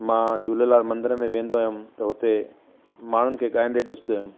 मां झूलेलाल मंदर में वेंदो हुयमि त हुते माण्हुनि खे गाईंदे ॾिसंदो हुयमि